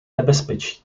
nebezpečí